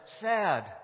sad